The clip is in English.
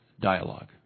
dialogue